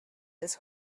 his